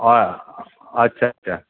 हा अच्छा अच्छा